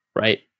Right